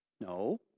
No